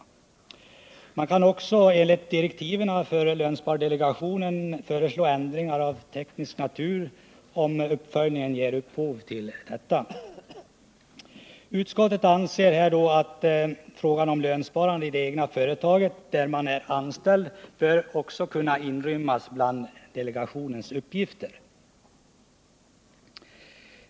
Delegationen kan också enligt direktiven föreslå ändringar av teknisk natur om uppföljningen ger anledning till detta. Utskottet anser att frågan om lönsparande i det företag där man är anställd också bör kunna inrymmas bland delegationens uppgifter.